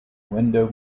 windows